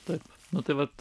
taip nu tai vat